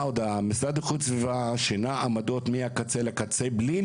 המשרד לאיכות הסביבה שינה עמדות מקצה לקצה מבלי